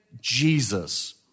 Jesus